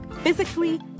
physically